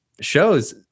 shows